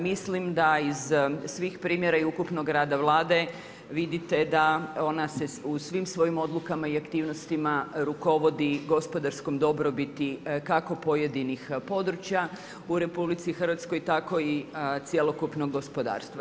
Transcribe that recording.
Mislim da iz svih primjera i ukupnog rada Vlade vidite da ona se u svim svojim odlukama i aktivnosti rukovodi gospodarskom dobrobiti kako pojedinih područja u RH tako i cjelokupnog gospodarstva.